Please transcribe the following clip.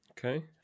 Okay